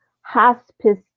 hospice